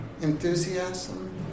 Enthusiasm